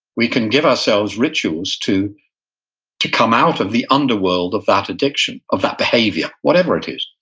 we can give ourselves rituals to to come out of the underworld of that addiction, of that behavior, whatever it is.